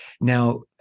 Now